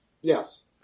Yes